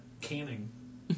canning